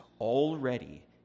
already